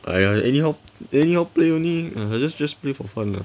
!aiya! anyhow anyhow play only ah just just play for fun lah